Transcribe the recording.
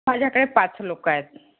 माझ्याकडे पाच लोकं आहेत